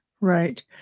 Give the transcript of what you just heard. right